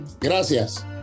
Gracias